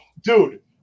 dude